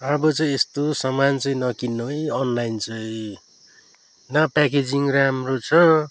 अब चाहिँ यस्तो सामान चाहिँ नकिन्नु है अनलाइन चाहिँ न प्याकेजिङ राम्रो छ